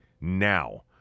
now